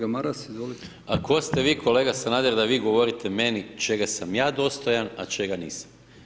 A tko ste vi kolega Sanader, da vi govorite meni čega sam ja dostojan a čega nisam?